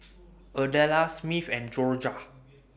Adela Smith and Jorja